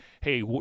Hey